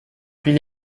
puis